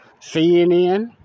CNN